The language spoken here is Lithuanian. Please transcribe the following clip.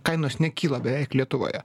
kainos nekyla beveik lietuvoje